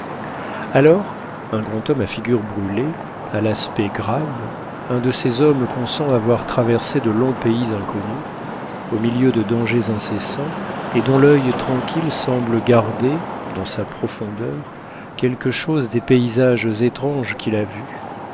alors un grand homme à figure brûlée à l'aspect grave un de ces hommes qu'on sent avoir traversé de longs pays inconnus au milieu de dangers incessants et dont l'oeil tranquille semble garder dans sa profondeur quelque chose des paysages étranges qu'il a vus